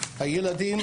הילדים,